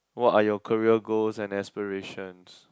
what are your career goals and aspirations